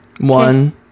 One